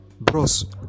bros